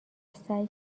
سعی